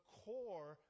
core